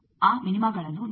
ಆ ಮಿನಿಮಗಳನ್ನು ನೋಡಿ